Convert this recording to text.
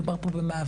מדובר פה במאבק,